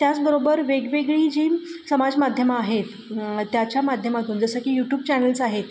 त्याचबरोबर वेगवेगळी जी समाजमाध्यमं आहेत त्याच्या माध्यमातून जसं की यूट्यूब चॅनल्स आहेत